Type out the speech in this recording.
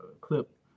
clip